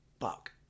fuck